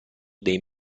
dei